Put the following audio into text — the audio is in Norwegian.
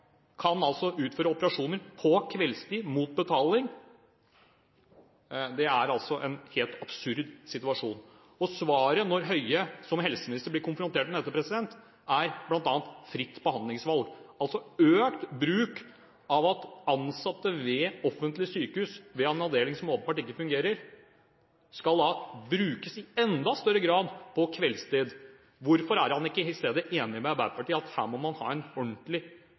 kan få utført operasjoner på kveldstid mot betaling. Det er en helt absurd situasjon. Svaret, når Bent Høie som helseminister blir konfrontert med dette, er bl.a. fritt behandlingsvalg, altså økt bruk av at ansatte på et offentlig sykehus i en avdeling som åpenbart ikke fungerer, skal brukes i enda større grad på kveldstid. Hvorfor er ikke Bent Høie enig med Arbeiderpartiet i at her må man ha et ordentlig